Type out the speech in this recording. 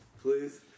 Please